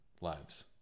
lives